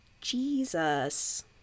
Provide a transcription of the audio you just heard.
Jesus